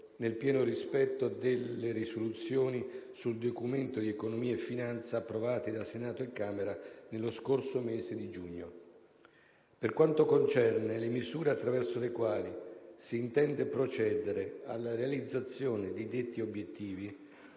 nel pieno rispetto delle risoluzioni sul Documento di economia e finanza approvate da Senato e Camera nello scorso mese di giugno. Per quanto concerne le misure attraverso le quali si intende procedere alla realizzazione di detti obiettivi,